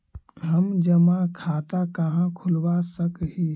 हम जमा खाता कहाँ खुलवा सक ही?